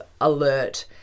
alert